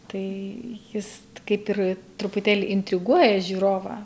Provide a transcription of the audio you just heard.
tai jis kaip ir truputėlį intriguoja žiūrovą